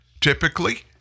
Typically